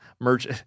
merch